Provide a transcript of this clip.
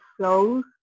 shows